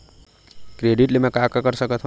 Credit ले मैं का का कर सकत हंव?